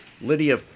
Lydia